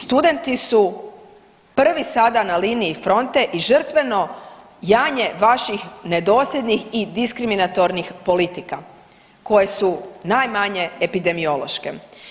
Studenti su prvi sada na liniji fronte i žrtveno janje vaših nedosljednih i diskriminatornih politika koje su najmanje epidemiološke.